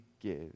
give